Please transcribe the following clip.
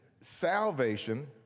salvation